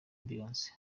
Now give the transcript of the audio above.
beyonce